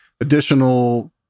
additional